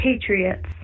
patriots